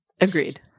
Agreed